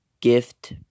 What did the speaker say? gift